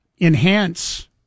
enhance